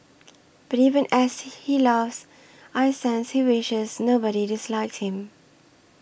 but even as he laughs I sense he wishes nobody disliked him